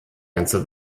ganze